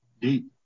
deep